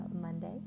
Monday